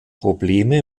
probleme